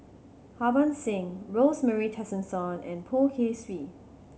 Harbans Singh Rosemary Tessensohn and Poh Kay Swee